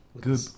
Good